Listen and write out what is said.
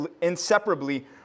inseparably